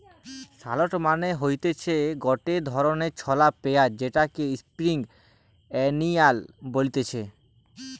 shallot মানে হতিছে গটে ধরণের ছলা পেঁয়াজ যেটাকে স্প্রিং আনিয়ান বলতিছে